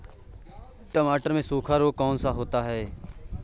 टमाटर में सूखा रोग कौन सा होता है?